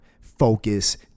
focus